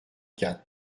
quatre